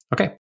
Okay